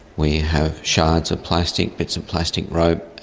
we have shards of plastic, bits of plastic rope.